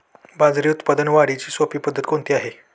बाजरी उत्पादन वाढीची सोपी पद्धत कोणती आहे?